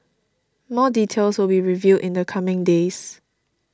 more details will be revealed in the coming days